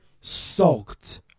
sulked